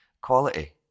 quality